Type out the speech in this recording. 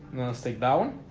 stick that one